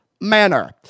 manner